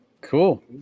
cool